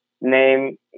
name